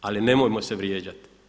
Ali nemojmo se vrijeđati.